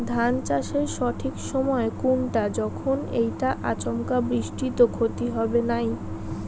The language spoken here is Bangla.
ধান চাষের সঠিক সময় কুনটা যখন এইটা আচমকা বৃষ্টিত ক্ষতি হবে নাই?